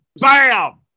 Bam